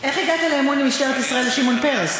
איך הגעת לאמון במשטרת ישראל משמעון פרס?